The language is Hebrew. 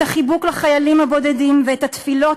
את החיבוק לחיילים הבודדים ואת התפילות